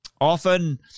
often